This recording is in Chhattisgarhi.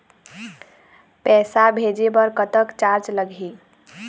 पैसा भेजे बर कतक चार्ज लगही?